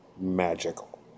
Magical